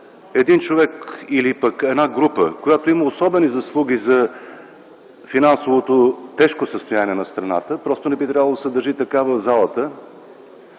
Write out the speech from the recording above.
човек или парламентарна група, която има особени заслуги за тежкото финансово състояние на страната, просто не би трябвало да се държи така в залата,